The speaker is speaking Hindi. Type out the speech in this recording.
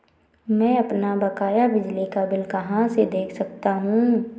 मैं अपना बकाया बिजली का बिल कहाँ से देख सकता हूँ?